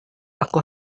aku